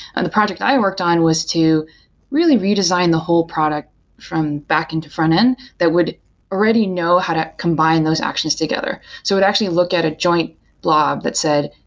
and the project i worked on was to really redes ign the whole product from backend to frontend that would already know how to combine those actions together. so it would actually look at a joint blog that said,